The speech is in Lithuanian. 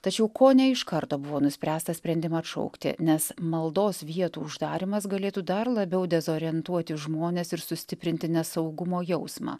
tačiau kone iš karto buvo nuspręsta sprendimą atšaukti nes maldos vietų uždarymas galėtų dar labiau dezorientuoti žmones ir sustiprinti nesaugumo jausmą